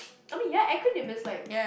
I mean ya acronym is like